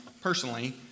personally